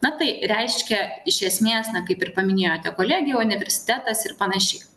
na tai reiškia iš esmės kaip ir paminėjote kolegija universitetas ir panašiai